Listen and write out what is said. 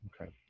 Okay